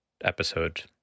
episode